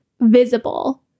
visible